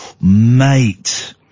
mate